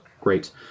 Great